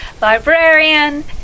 librarian